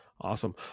Awesome